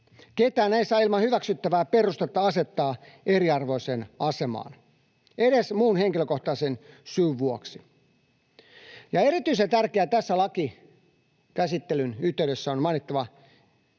Ketään ei saa ilman hyväksyttävää perustetta asettaa eriarvoiseen asemaan edes muun henkilökohtaisen syyn vuoksi. Erityisen tärkeänä tässä lakikäsittelyn yhteydessä on mainittava